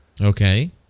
Okay